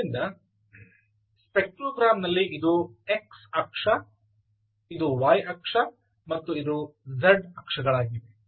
ಆದ್ದರಿಂದ ಸ್ಪೆಕ್ಟ್ರೋಗ್ರಾಮ್ ನಲ್ಲಿ ಇದು x ಅಕ್ಷ ಇದು y ಅಕ್ಷ ಮತ್ತು ಇದು z ಅಕ್ಷಗಳಾಗಿವೆ